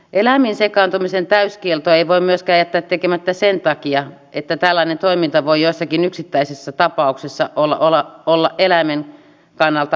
eläimiin sekaantumisen täyskieltoa ei voi myöskään jättää tekemättä sen takia että tällainen toiminta voi jossakin yksittäisessä tapauksessa olla eläimen kannalta haitatonta